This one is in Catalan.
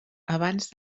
abans